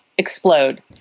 explode